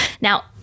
Now